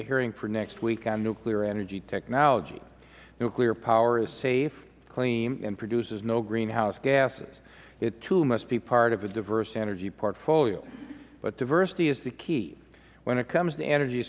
a hearing for next week on nuclear energy technology nuclear power is safe clean and produces no greenhouse gases it too must be part of a diverse energy portfolio but diversity is the key when it comes to energy